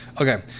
Okay